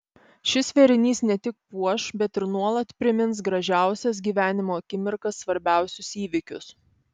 šis vėrinys ne tik puoš bet ir nuolat primins gražiausias gyvenimo akimirkas svarbiausius įvykius